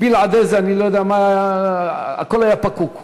בלעדי זה הכול היה פקוק.